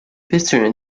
persone